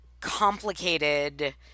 complicated